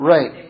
Right